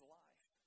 life